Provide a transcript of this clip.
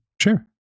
sure